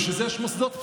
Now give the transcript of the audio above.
בשביל זה יש מוסדות פטור,